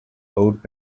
old